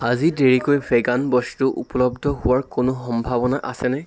আজি দেৰিকৈ ভেগান বস্তু উপলব্ধ হোৱাৰ কোনো সম্ভাৱনা আছেনে